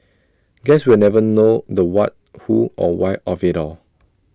guess we'll never know the what who or why of IT all